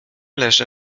leży